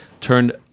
turned